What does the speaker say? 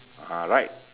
ah right